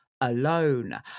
alone